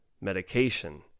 medication